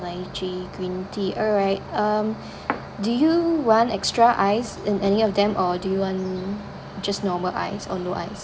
lychee green tea alright um do you want extra ice in any of them or do you want just normal ice or no ice